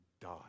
die